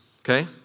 okay